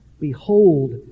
Behold